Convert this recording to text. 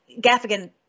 Gaffigan